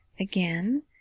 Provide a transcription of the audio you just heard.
again